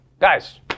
Guys